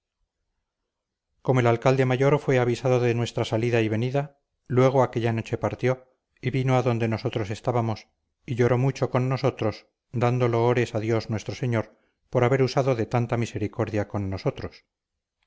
como el alcalde mayor fue avisado de nuestra salida y venida luego aquella noche partió y vino adonde nosotros estábamos y lloró mucho con nosotros dando loores a dios nuestro señor por haber usado de tanta misericordia con nosotros